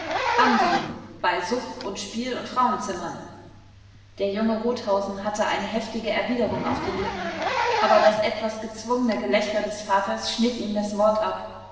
anderen bei suff und spiel und frauenzimmern der junge rothausen hatte eine heftige erwiderung auf den lippen aber das etwas gezwungene gelächter des vaters schnitt ihm das wort ab